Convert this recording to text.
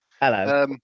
Hello